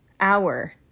hour